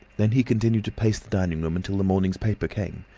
then he continued to pace the dining-room until the morning's paper came.